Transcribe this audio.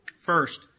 First